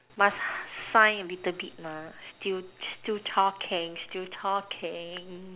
must sign a little bit still talking still talking